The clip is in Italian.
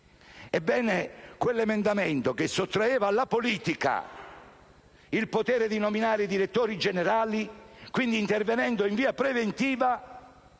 Ebbene, quell'emendamento che sottraeva alla politica il potere di nominare i direttori generali, intervenendo quindi in via preventiva,